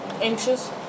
Anxious